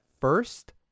first